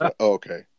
okay